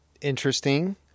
Interesting